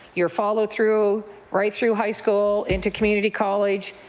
you're followed through right through high school into community college.